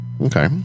Okay